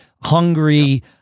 hungry